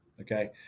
okay